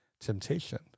Temptation